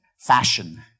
fashion